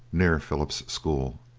near philip's school.